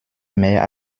mère